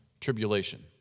tribulation